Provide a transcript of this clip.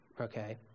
okay